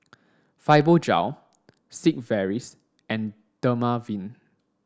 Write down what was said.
Fibogel Sigvaris and Dermaveen